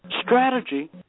strategy